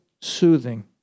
soothing